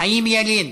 חיים ילין,